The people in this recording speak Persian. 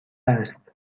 است